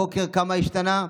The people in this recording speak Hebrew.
בבוקר כמה השתנה,